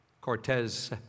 Cortez